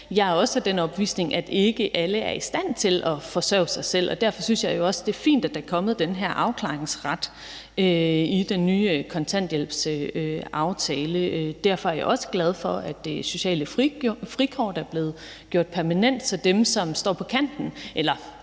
Jeg er også af den overbevisning, at ikke alle er i stand til at forsørge sig selv, og derfor synes jeg jo også, det er fint, at der er kommet den her afklaringsret i den nye kontanthjælpsaftale. Derfor er jeg også glad for, at det sociale frikort er blevet gjort permanent, så dem, som ikke passer